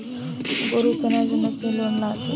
গরু কেনার জন্য কি কোন লোন আছে?